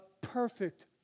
perfect